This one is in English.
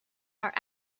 are